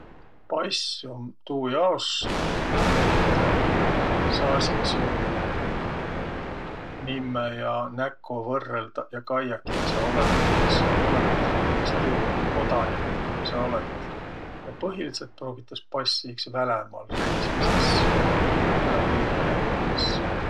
Pass um tuujaos, et saasiq su nimme ja näko võrrõldaq ja kaiaq, kiä sa olõt. Et kas sa olõt iks tuu kodanik, kiä sa olõt. Ja põhilidsõlt pruugitas passi iks välämaal reismises, üle piiri käümises.